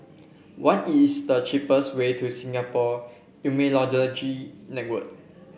what is the cheapest way to Singapore Immunology Network